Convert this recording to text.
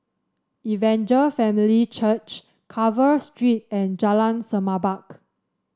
Evangel Family Church Carver Street and Jalan Semerbak